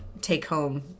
take-home